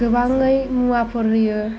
गोबाङै मुवाफोर होयो